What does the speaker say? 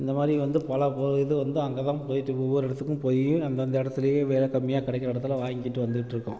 இந்தமாதிரி வந்து பல ப இது வந்து அங்கேதான் போயிட்டிருக்கு ஒவ்வொரு இடத்துக்கும் போய் அந்தந்த இடத்துலயே வெலை கம்மியாக கிடைக்கிற இடத்துல வாங்கிக்கிட்டு வந்துட்டுருக்கோம்